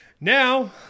Now